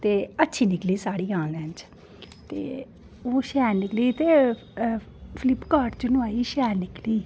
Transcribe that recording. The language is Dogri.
ते अच्छी निकली साह्ड़ी आनलाइन च ते ओह् शैल निकली ते फ्लिप कार्ट च नोहाई ते शैल निकली